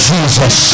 Jesus